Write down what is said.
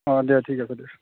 অ দিয়ক ঠিক আছে দে